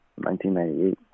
1998